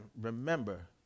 remember